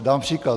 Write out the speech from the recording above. Dám příklad.